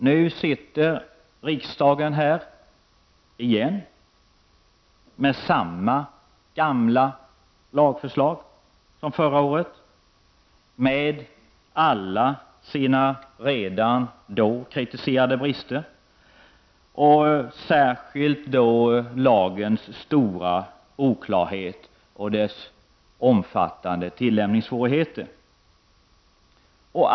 Nu sitter riksdagen här, igen, med samma gamla lagförslag från förra året, med alla dess redan då kritiserade brister, särskilt då lagens stora oklarhet och dess omfattande tilllämpningssvårigheter.